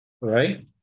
right